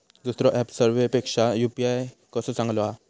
दुसरो ऍप सेवेपेक्षा यू.पी.आय कसो चांगलो हा?